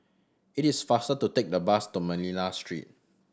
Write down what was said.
it is faster to take the bus to Manila Street